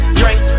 drink